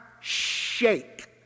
shake